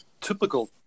typical